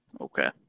Okay